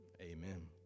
Amen